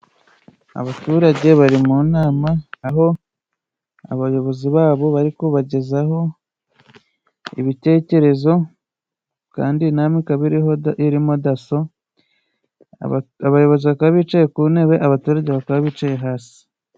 Abaturage bari mu nama, aho abayobozi ba bo bari kubagezaho ibitekerezo, kandi inama ikaba irimo Daso, abayobozi bakaba bicaye ku ntebe, abaturage bakaba bicaye hasi.